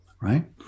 right